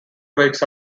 breaks